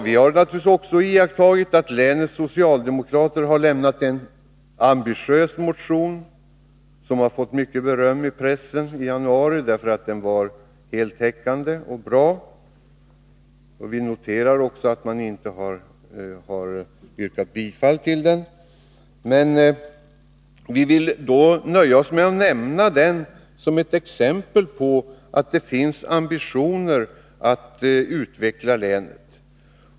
Vi har naturligtvis också iakttagit att länets socialdemokrater i januari väckte en ambitiös motion som fick mycket beröm i pressen för att den var heltäckande och bra. Vi noterar också att man inte har yrkat bifall till den. Vi vill nöja oss med att nämna den som ett exempel på att det finns ambitioner att utveckla länet.